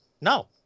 no